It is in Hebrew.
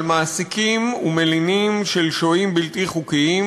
המעסיקים והמלינים של שוהים בלתי חוקיים,